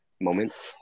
moment